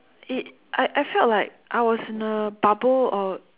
it I I felt like I was in a bubble or